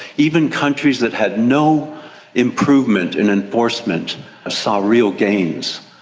even countries that had no improvement in enforcement saw real gains,